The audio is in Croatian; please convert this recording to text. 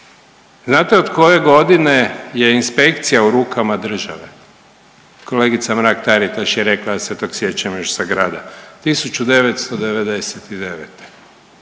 Znate od koje godine je inspekcija u rukama države? Kolegica Mrak Taritaš je rekla, ja se tog sjećam još sa grada 1999.